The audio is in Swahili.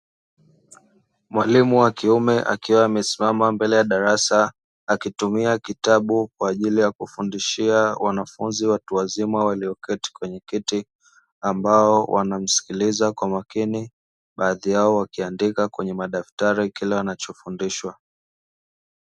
Mwalimu wa kiume akiwa amesimama mbele ya darasa akitumia kitabu kwa ajili ya kufundishia wanafunzi watu wazima walioketi kwenye viti , ambao wanamsikiliza kwa makini. Baadhi yao wakiandika kwenye madaftari kile wanachofundishwa.